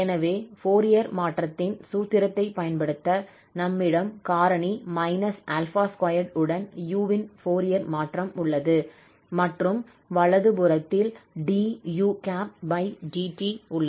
எனவே ஃபோரியர் மாற்றத்தின் சூத்திரத்தை பயன்படுத்த நம்மிடம் காரணி −𝛼2 உடன் u இன் ஃபோரியர் மாற்றம் உள்ளது மற்றும் வலது புறத்தில் dudt உள்ளது